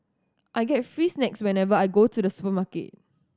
I get free snacks whenever I go to the supermarket